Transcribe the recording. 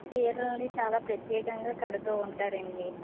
చీరలని చాలా ప్రత్యేకంగా కడుతూ ఉంటారండి